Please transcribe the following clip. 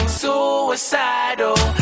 suicidal